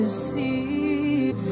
see